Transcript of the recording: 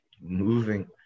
Moving